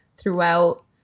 throughout